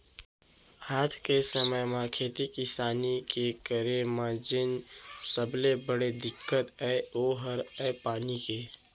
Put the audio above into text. आज के समे म खेती किसानी के करे म जेन सबले बड़े दिक्कत अय ओ हर अय पानी के